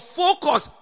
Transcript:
focus